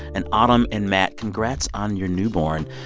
and autumn and matt, congrats on your newborn.